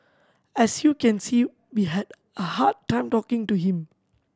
as you can see we had a hard time talking to him